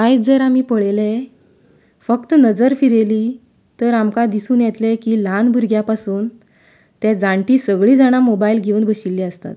आयज जर आमी पळयलें फक्त नजर फिरयली तर आमकां दिसून येतलें की ल्हान भुरग्यां पासून ते जाणटीं सगळी जाणां मोबायल घेवून बशिल्ली आसतात